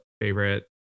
favorite